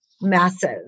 massive